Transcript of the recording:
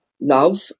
love